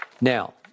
Now